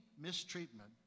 mistreatment